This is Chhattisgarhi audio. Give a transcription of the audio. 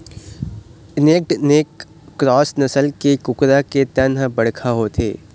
नैक्ड नैक क्रॉस नसल के कुकरा के तन ह बड़का होथे